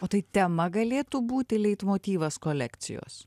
o tai tema galėtų būti leitmotyvas kolekcijos